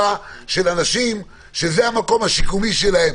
של אנשים שזה המקום השיקומי שלהם,